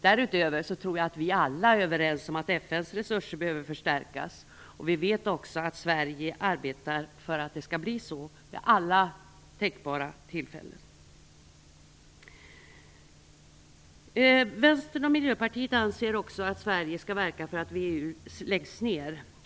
Därutöver tror jag att vi alla är överens om att FN:s resurser behöver förstärkas. Vi vet också att Sverige vid alla tänkbara tillfällen arbetar för att det skall bli så. Vänstern och Miljöpartiet anser också att Sverige skall verka för att VEU läggs ned.